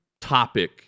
topic